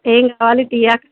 ఏమి కావాలి టీయా